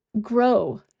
grow